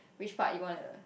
which part you want to